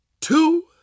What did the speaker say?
two